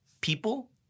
people